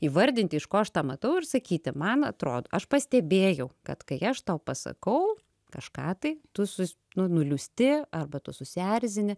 įvardinti iš ko aš tą matau ir sakyti man atrodo aš pastebėjau kad kai aš tau pasakau kažką tai tu su nu nuliūsti arba tu susierzini